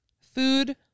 Food